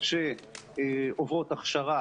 שעוברות הכשרה